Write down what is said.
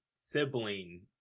sibling